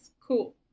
Cool